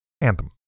Anthem